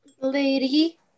Lady